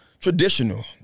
traditional